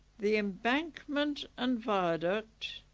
the embankment and viaduct.